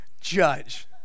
judge